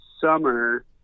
summer